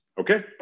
Okay